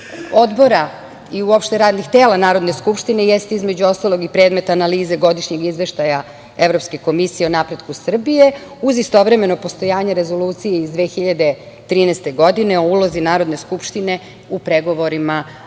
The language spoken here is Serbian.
odbora i uopšte radnih tela Narodne skupštine jeste, između ostalog, i predmet analize godišnjeg izveštaja o napretku Srbije, uz istovremeno postojanje Rezolucije iz 2013. godine o ulozi Narodne skupštine u pregovorima o